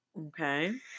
Okay